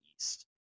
East